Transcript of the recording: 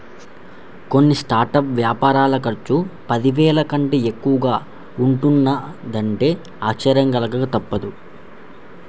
కొన్ని స్టార్టప్ వ్యాపారాల ఖర్చు పదివేల కంటే తక్కువగా ఉంటున్నదంటే ఆశ్చర్యం కలగక తప్పదు